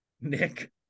Nick